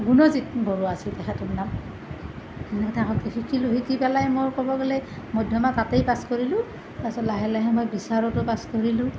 গুণজিৎ বৰুৱা আছিল তেখেতৰ নাম শিকিলোঁ শিকি পেলাই মই ক'ব গ'লে মধ্যমা তাতেই পাছ কৰিলোঁ তাৰপিছত লাহে লাহে মই বিশাৰদো পাছ কৰিলোঁ